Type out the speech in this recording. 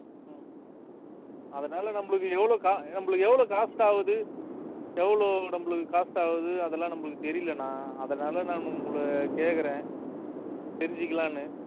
ம் அதனால் நம்மளுக்கு எவ்வளோ கா நம்மளுக்கு எவ்வளோ காஸ்ட் ஆகுது எவ்வளோ நம்மளுக்கு காஸ்ட் ஆகுது அதெல்லாம் நம்மளுக்கு தெரியலண்ணா அதனால் நான் உங்களை கேட்குறேன் தெரிஞ்சுக்கலான்னு